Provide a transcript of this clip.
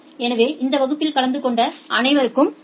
எனவே இந்த வகுப்பில் கலந்து கொண்ட அனைவருக்கும் நன்றி